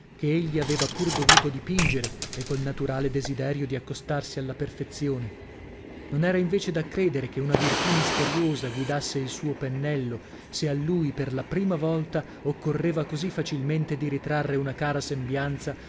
che egli aveva pur dovuto dipingere e col naturale desiderio di accostarsi alla perfezione non era invece da credere che una virtù misteriosa guidasse il suo pennello se a lui per la prima volta occorreva così facilmente di ritrarre una cara sembianza